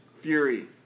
fury